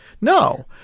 No